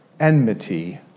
enmity